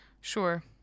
Sure